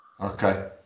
Okay